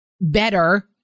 better